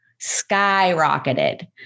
Skyrocketed